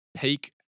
Peak